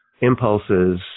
impulses